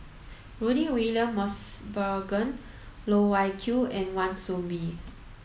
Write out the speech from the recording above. Rudy William Mosbergen Loh Wai Kiew and Wan Soon Mee